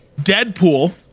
Deadpool